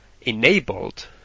enabled